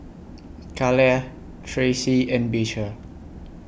Kaleigh Tracy and Beecher